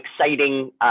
exciting